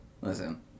Listen